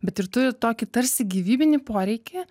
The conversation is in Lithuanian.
bet ir turit tokį tarsi gyvybinį poreikį